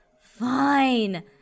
fine